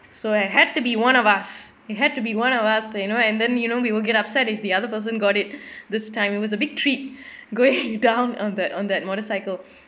so I had to be one of us it had to be one of us you know and then you know we will get upset if the other person got it this time it was a big treat going down on that motorcycle